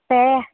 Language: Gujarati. હેં